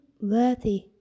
worthy